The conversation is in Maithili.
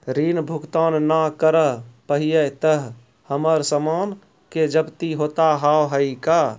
ऋण भुगतान ना करऽ पहिए तह हमर समान के जब्ती होता हाव हई का?